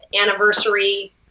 Anniversary